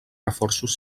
reforços